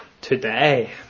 today